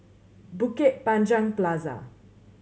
Bukit Panjang Plaza